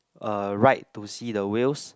uh ride to see the whales